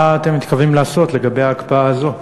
מה אתם מתכוונים לעשות לגבי ההקפאה הזאת?